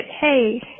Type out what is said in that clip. hey